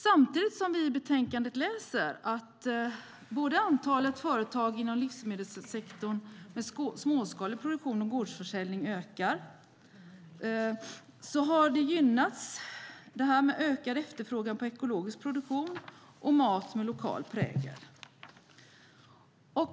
Samtidigt läser vi i betänkandet att antalet företag inom livsmedelssektorn med småskalig produktion och gårdsförsäljning ökar. Och det är en ökad efterfrågan på ekologisk produktion och mat med lokal prägel.